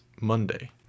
Monday